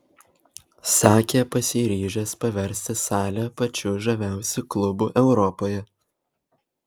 sakė pasiryžęs paversti salę pačiu žaviausiu klubu europoje